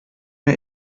mir